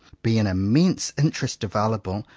be an immense interest available,